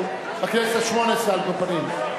בכנסת השמונה-עשרה על כל פנים.